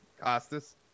Costas